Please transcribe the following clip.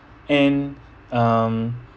and um